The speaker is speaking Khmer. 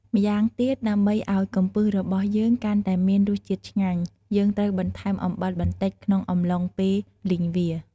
ម្យ៉ាងទៀតដើម្បីឱ្យកំពឹសរបស់យើងកាន់តែមានរសជាតិឆ្ងាញ់ យើងត្រូវបន្ថែមអំបិលបន្តិច ក្នុងអំឡុងពេលលីងវា។